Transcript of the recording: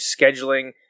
scheduling